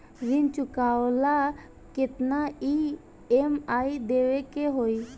ऋण चुकावेला केतना ई.एम.आई देवेके होई?